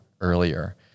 earlier